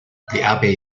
abbey